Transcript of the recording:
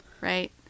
right